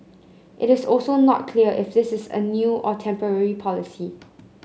it is also not clear if this is a new or temporary policy